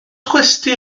gwesty